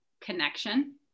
connection